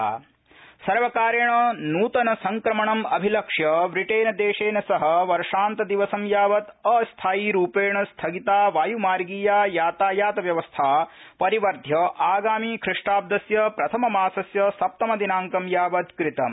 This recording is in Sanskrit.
प्री ब्रिटेन सर्वकोरण नूतन संक्रमणम् अभिलक्ष्य ब्रिटेन देशेन सह वर्षान्तदिवसं यावत् अस्थायीरुपेण स्थगिता वायुमार्गीया यातायातव्यवस्था परिवर्ध्य आगामी ख़िष्टाब्दस्य प्रथम मासस्य सप्तमदिनांक यावत् कृतम्